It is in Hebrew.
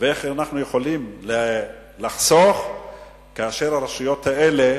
ואיך אנחנו יכולים לחסוך כאשר הרשויות האלה